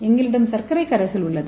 எங்களிடம் சர்க்கரை கரைசல் உள்ளது